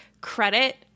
credit